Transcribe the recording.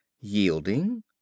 yielding